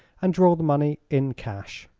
and draw the money in cash.